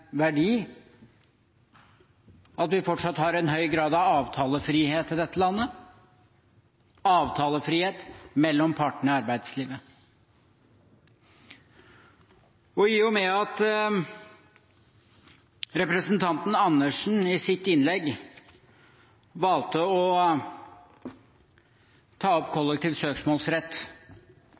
verdi at vi fortsatt har en høy grad av avtalefrihet i dette landet – avtalefrihet mellom partene i arbeidslivet. I og med at representanten Dag Terje Andersen i sitt innlegg valgte å ta opp